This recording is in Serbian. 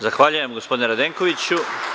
Zahvaljujem gospodine Radenkoviću.